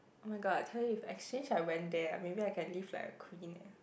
oh-my-god I tell you if exchange I went there ah maybe I can live like a queen eh